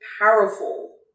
powerful